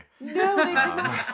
no